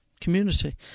community